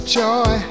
joy